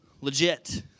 legit